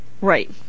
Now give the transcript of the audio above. Right